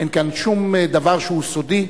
אין כאן שום דבר שהוא סודי.